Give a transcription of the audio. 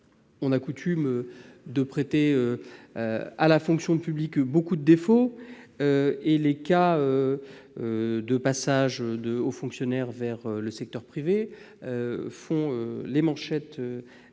On a coutume de prêter à la fonction publique beaucoup de défauts et les cas de passage de hauts fonctionnaires dans le secteur privé font la manchette des